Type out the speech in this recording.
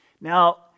Now